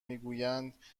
میگویند